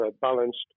balanced